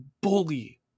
bully